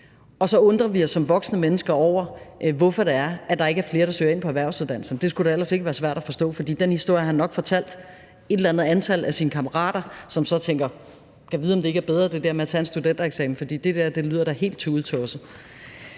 Og så undrer vi os som voksne mennesker over, hvorfor det er, at der ikke er flere, der søger ind på erhvervsuddannelserne. Det skulle da ellers ikke være svært at forstå, fordi den historie har han nok fortalt et eller andet antal af sine kammerater, som så tænker: Gad vide, om det med at tage en studentereksamen ikke er bedre, fordi det der lyder da helt tudetosset.